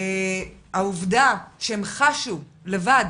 העובדה שהם חשו לבד,